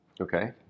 Okay